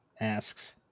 asks